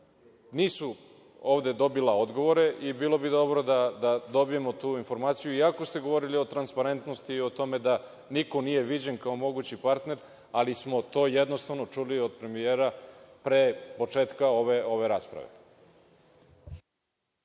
nisu ovde dobila odgovore, i bilo bi dobro da dobijemo ovu informaciju. Iako ste govorili o transparentnosti i o tome da niko nije viđen kao mogući partner, ali smo to jednostavno čuli od premijera pre početka ove rasprave.